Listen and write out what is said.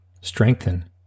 strengthen